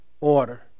order